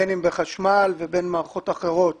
בין אם בחשמל ובין אם מערכות אחרות